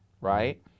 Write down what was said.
right